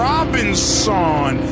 Robinson